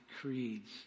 creeds